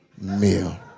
meal